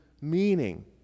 meaning